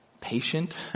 patient